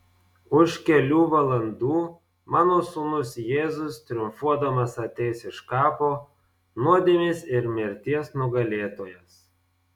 už kelių valandų mano sūnus jėzus triumfuodamas ateis iš kapo nuodėmės ir mirties nugalėtojas